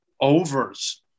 Overs